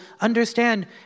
understand